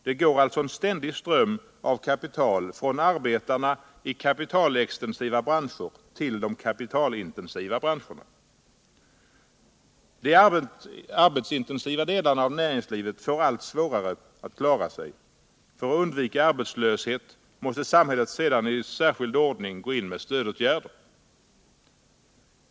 Det går alltså en ständig ström av kapital från arbetarna i kapitalextensiva branscher till de kapitalintensiva branscherna. De arbetsintensiva delarna av näringslivet får allt svårare att klara sig. För att undvika arbetslöshet måste samhället sedan i särskild ordning gå in med stödåtgärder.